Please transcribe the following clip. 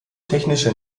technische